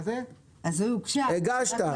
הגשת?